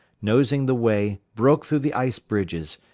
nosing the way broke through the ice bridges,